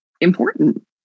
important